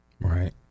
Right